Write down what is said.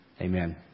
Amen